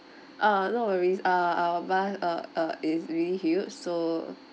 uh no worries uh our bus uh uh is really huge so